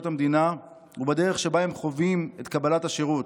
המדינה ובדרך שבה הם חווים את קבלת השירות.